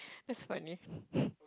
that's funny